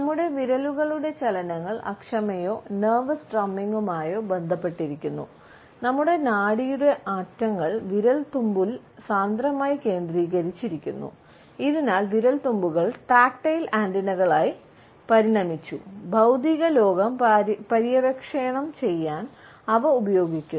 നമ്മുടെ വിരലുകളുടെ ചലനങ്ങൾ അക്ഷമയോ നെർവസ് ഡ്രമ്മിംഗുമായോ പരിണമിച്ചു ഭൌതിക ലോകം പര്യവേക്ഷണം ചെയ്യാൻ അവ ഉപയോഗിക്കുന്നു